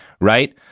right